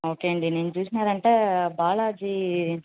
okay అండి నేను చూసారంటే బాలాజీ